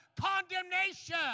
condemnation